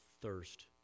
thirst